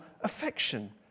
affection